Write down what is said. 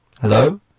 Hello